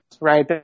right